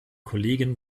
kollegen